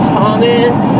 Thomas